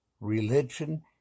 Religion